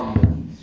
mmhmm